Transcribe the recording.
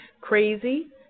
Crazy